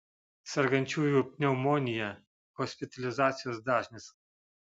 sergančiųjų pneumonija hospitalizacijos dažnis